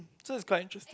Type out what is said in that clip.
so it's quite interesting